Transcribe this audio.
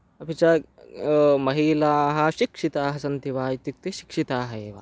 अपि च महिलाः शिक्षिताः सन्ति वा इत्युक्ते शिक्षिताः एव